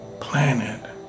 planet